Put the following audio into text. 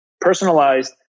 personalized